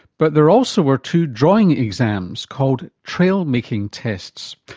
but there also were two drawing exams called trail-making tests.